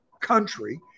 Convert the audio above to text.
country